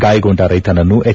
ಗಾಯಗೊಂಡ ರೈತನನ್ನು ಎಚ್